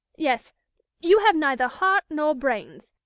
yes you have neither heart nor brains,